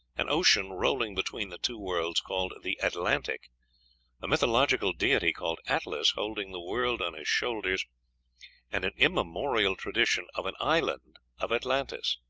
an ocean rolling between the two worlds called the atlantic a mythological deity called atlas holding the world on his shoulders and an immemorial tradition of an island of atlantis.